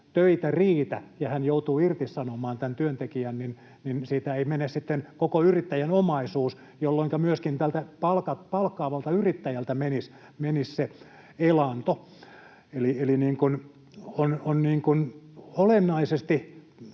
töitä riitä ja hän joutuu irtisanomaan tämän työntekijän, niin siitä ei mene sitten koko yrittäjän omaisuus, jolloinka myöskin täältä palkkaavalta yrittäjältä menisi se elanto. Jos puhutaan